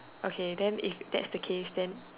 okay then if that's the case then